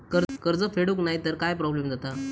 कर्ज फेडूक नाय तर काय प्रोब्लेम जाता?